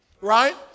Right